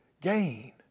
Gain